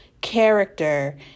character